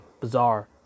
bizarre